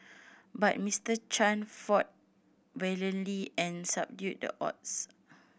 but Mister Chan fought valiantly and subdued the odds